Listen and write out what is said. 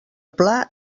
pla